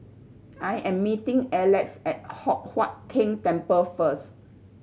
I am meeting Alex at Hock Huat Keng Temple first